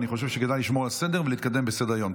אני חושב שכדאי לשמור על הסדר ולהתקדם בסדר-היום.